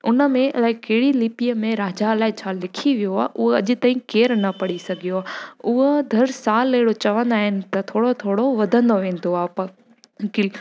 उनमें अलाए कहिड़ी लिपीअ में राजा अलाए छा लिखी वियो आहे उहो अॼु ताईं केर न पढ़ी सघियो आहे उहो दर सालु अहिड़ो चवंदा आहिनि त थोरो थोरो वधंदो वेंदो आहे पर की